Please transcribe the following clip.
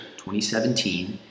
2017